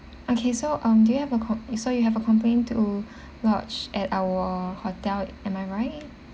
okay so um do you have a so you have a complain to lodge at our hotel am I right